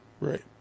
Right